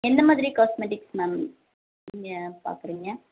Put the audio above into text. எந்த மாதிரி cosmetics ma'am நீங்கள் பார்க்குறீங்க